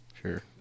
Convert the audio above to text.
Sure